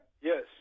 Yes